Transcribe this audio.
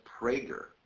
Prager